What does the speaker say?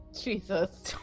Jesus